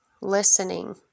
listening